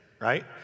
right